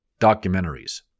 documentaries